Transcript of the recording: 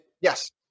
Yes